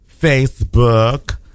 Facebook